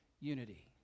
unity